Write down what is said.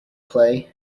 play